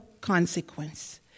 consequence